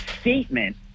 statement